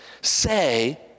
say